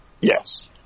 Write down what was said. Yes